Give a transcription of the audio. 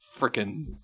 freaking